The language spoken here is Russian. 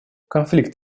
конфликт